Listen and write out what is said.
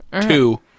Two